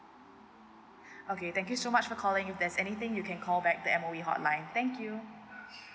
okay thank you so much for calling if there's anything you can call back to M_O_E hotline thank you